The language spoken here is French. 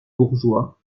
bourgeois